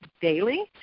daily